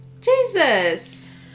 Jesus